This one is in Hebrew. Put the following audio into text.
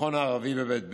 המכון הערבי בבית ברל,